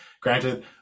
granted